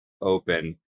open